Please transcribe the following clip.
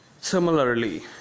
Similarly